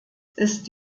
ist